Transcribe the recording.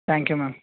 thank you ma'am